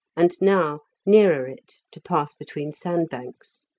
and now nearer it to pass between sandbanks.